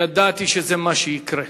ידעתי שזה מה שיקרה.